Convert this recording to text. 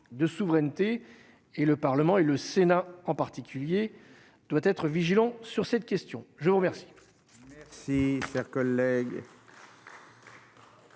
de souveraineté et le Parlement et le Sénat en particulier doit être vigilant sur cette question, je vous remercie.